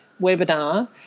webinar